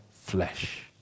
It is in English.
flesh